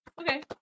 Okay